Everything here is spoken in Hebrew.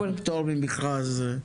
פטור ממכרז.